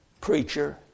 Preacher